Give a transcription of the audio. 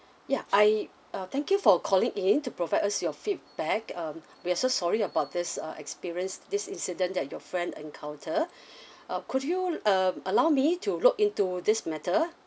ya I uh thank you for calling in to provide us your feedback um we're so sorry about this uh experience this incident that your friend encounter uh could you err allow me to look into this matter